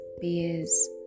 beers